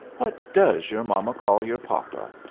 what does your mama call your papa?